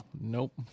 Nope